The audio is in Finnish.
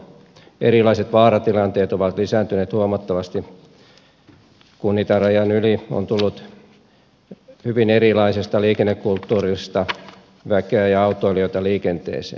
erilaiset vaaratilanteet ovat lisääntyneet huomattavasti kun itärajan yli on tullut hyvin erilaisesta liikennekulttuurista väkeä ja autoilijoita liikenteeseen